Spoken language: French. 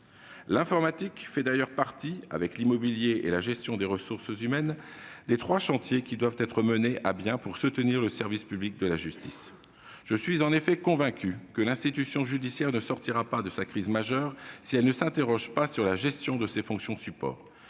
L'informatique fait d'ailleurs partie, avec l'immobilier et la gestion des ressources humaines, des trois chantiers qui doivent être menés à bien pour soutenir le service public de la justice. Je suis en effet convaincu que l'institution judiciaire ne sortira pas de sa crise majeure si elle ne s'interroge pas sur la gestion de ses fonctions support,